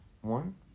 one